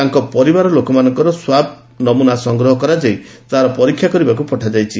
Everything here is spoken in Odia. ତାଙ୍କ ପରିବାର ଲୋକ ମାନଙ୍କର ସ୍ୱାବ ନମୁନା ସଂଗ୍ରହ କରାଯାଇ ତାର ପରୀକ୍ଷା କରିବାକୁ ପଠାଯାଇଛି